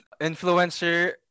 Influencer